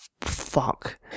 fuck